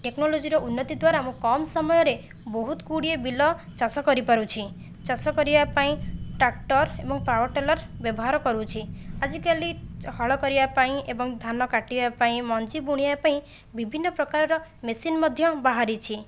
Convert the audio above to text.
ଟେକ୍ନୋଲୋଜିର ଉନ୍ନତି ଦ୍ଵାରା ମୁଁ କମ୍ ସମୟରେ ବହୁତ ଗୁଡ଼ିଏ ବିଲ ଚାଷ କରିପାରୁଛି ଚାଷ କରିବା ପାଇଁ ଟ୍ରାକ୍ଟର ଏବଂ ପାୱାରଟିଲ୍ଲର୍ ବ୍ୟବହାର କରୁଛି ଆଜିକାଲି ହଳ କରିବା ପାଇଁ ଏବଂ ଧାନ କାଟିବା ପାଇଁ ମଞ୍ଜି ବୁଣିବା ପାଇଁ ବିଭିନ୍ନ ପ୍ରକାରର ମେସିନ୍ ମଧ୍ୟ ବାହାରିଛି